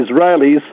Israelis